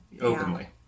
openly